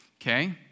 Okay